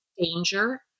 danger